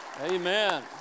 amen